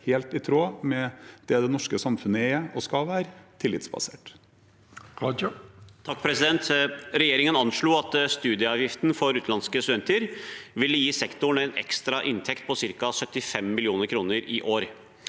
helt i tråd med det det norske samfunnet er og skal være: tillitsbasert.